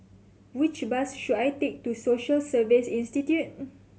which bus should I take to Social Service Institute